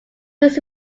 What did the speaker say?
his